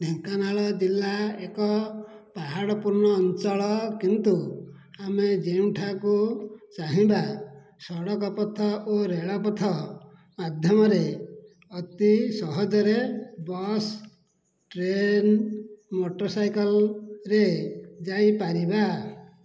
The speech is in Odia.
ଢେଙ୍କାନାଳ ଜିଲ୍ଲା ଏକ ପାହାଡ଼ପୂର୍ଣ୍ଣ ଅଞ୍ଚଳ କିନ୍ତୁ ଆମେ ଯେଉଁଠାକୁ ଚାହିଁବା ସଡ଼କ ପଥ ଓ ରେଳପଥ ମାଧ୍ୟମରେ ଅତି ସହଜରେ ବସ୍ ଟ୍ରେନ୍ ମଟର୍ସାଇକେଲ୍ରେ ଯାଇପାରିବା